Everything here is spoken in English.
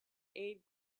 aid